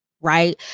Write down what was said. Right